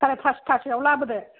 साराय फासथा सोआव लाबोदो